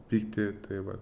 pyktį tai va